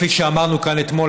כפי שאמרנו כאן אתמול,